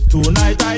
Tonight